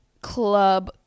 club